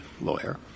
lawyer